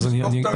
אז אני אגיד.